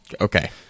Okay